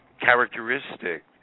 characteristic